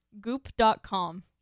goop.com